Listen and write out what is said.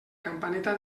campaneta